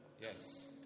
Yes